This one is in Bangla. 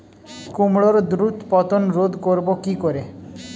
কুমড়োর দ্রুত পতন রোধ করব কি করে?